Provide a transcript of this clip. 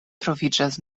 troviĝas